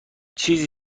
چیزی